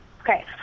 Okay